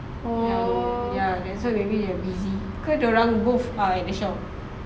ya ya that's why maybe they busy ke dorang both at the shop